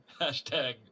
Hashtag